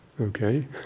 Okay